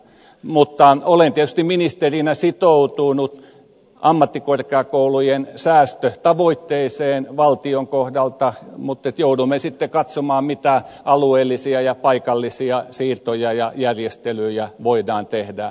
mutta olen tietysti ministerinä sitoutunut ammattikorkeakoulujen säästötavoitteeseen valtion kohdalta mutta joudumme sitten katsomaan mitä alueellisia ja paikallisia siirtoja ja järjestelyjä voidaan tehdä